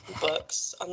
books